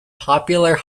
popular